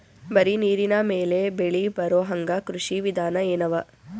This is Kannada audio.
ಬರೀ ನೀರಿನ ಮೇಲೆ ಬೆಳಿ ಬರೊಹಂಗ ಕೃಷಿ ವಿಧಾನ ಎನವ?